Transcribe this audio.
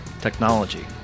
technology